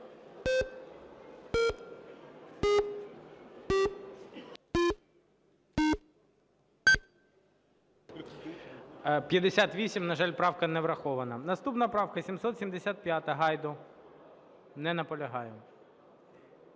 За-58 На жаль, правка не врахована. Наступна правка 775, Гайду. Не наполягає.